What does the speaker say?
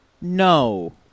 No